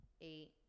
eight